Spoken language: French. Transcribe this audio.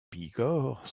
bigorre